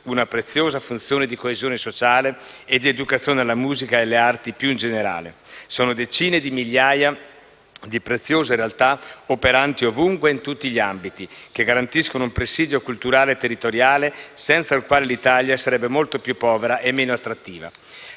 una preziosa funzione di coesione sociale e di educazione alla musica e alle arti più in generale. Sono decine di migliaia di preziose realtà operanti ovunque e in tutti gli ambiti, che garantiscono un presidio culturale territoriale senza il quale l'Italia sarebbe molto più povera e meno attrattiva.